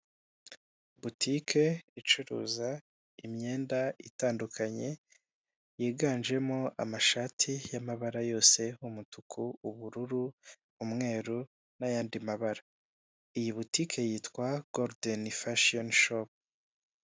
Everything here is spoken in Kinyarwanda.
Butike icuruza imyenda itandukanye, yiganjemo amashati y'amabara yose umutuku, ubururu, umweru n'ayandi mabara, iyi botike yitwa Gorudeni Fashoni Shopu.